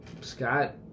Scott